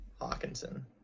Hawkinson